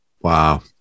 Wow